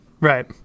Right